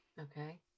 okay